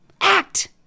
Act